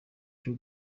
cyo